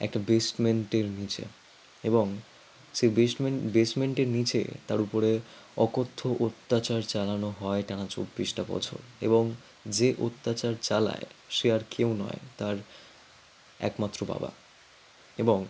একটা বেসমেন্টের নিচে এবং সে বেস্টমেন বেসমেন্টের নিচে তার উপরে অকথ্য অত্যাচার চালানো হয় টানা চব্বিশটা বছর এবং যে অত্যাচার চালায় সে আর কেউ নয় তার একমাত্র বাবা এবং